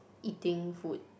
eating food